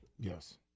Yes